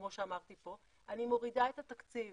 כמו שאמרתי פה, אני מורידה את התקציב